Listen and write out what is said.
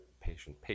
patient